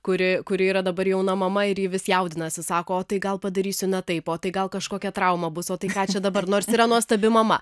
kuri kuri yra dabar jauna mama ir ji vis jaudinasi sakoo tai gal padarysiu ne taip o tai gal kažkokia trauma bus o tai ką čia dabar nors yra nuostabi mama